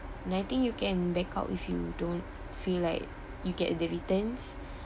and I think you can back out if you don't feel like you get the returns